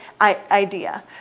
idea